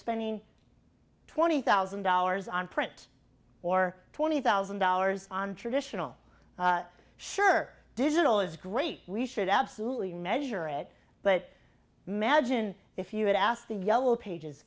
spending twenty thousand dollars on print or twenty thousand dollars on traditional sure digital is great we should absolutely measure it but imagine if you had asked the yellow pages